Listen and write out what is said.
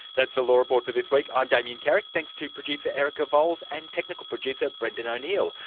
that's the law report for this week. i'm damien carrick. thanks to producer erica vowles and technical producer brendan o'neil.